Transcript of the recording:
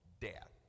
death